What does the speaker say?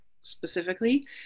specifically